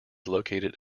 located